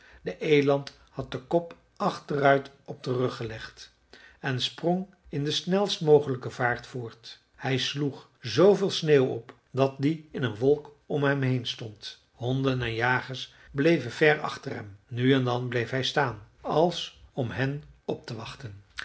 de eland had den kop achteruit op den rug gelegd en sprong in de snelst mogelijke vaart voort hij sloeg zooveel sneeuw op dat die in een wolk om hem heen stond honden en jagers bleven ver achter hem nu en dan bleef hij staan als om hen op te wachten